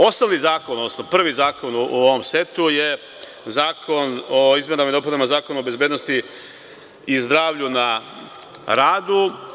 Osnovni zakon, odnosno prvi zakon u ovom setu je Zakon o izmenama i dopunama Zakona o bezbednosti i zdravlju na radu.